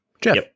Jeff